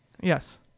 Yes